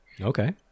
okay